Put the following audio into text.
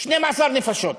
12 נפשות.